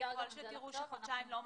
ככל שתראו שחודשיים לא מספיקים.